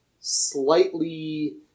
slightly